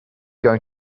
going